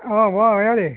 ಊಂ ಊಂ ಹೇಳಿ